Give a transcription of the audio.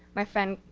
my friend,